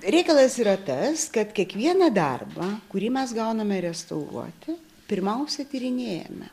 reikalas yra tas kad kiekvieną darbą kurį mes gauname restauruoti pirmiausia tyrinėjame